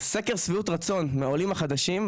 סקר שביעות רצון מהעולים החדשים,